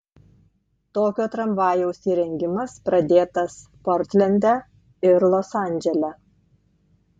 tokio tramvajaus įrengimas pradėtas portlende ir los andžele